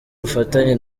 bufatanye